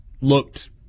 looked